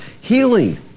healing